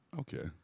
Okay